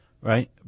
Right